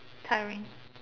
tiring